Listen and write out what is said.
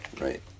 Right